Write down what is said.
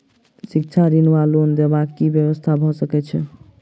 शिक्षा ऋण वा लोन देबाक की व्यवस्था भऽ सकै छै?